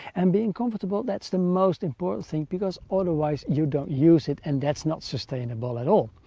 and being comfortable, that's the most important thing because otherwise you don't use it and that's not sustainable at all.